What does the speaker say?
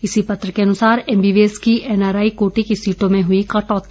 इसी पत्र के अनुसार एमबीबीएस की एनआरआई कोटे की सीटों में हुई कटौती